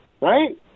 right